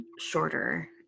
shorter